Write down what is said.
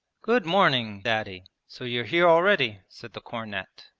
good morning. daddy. so you're here already said the cornet,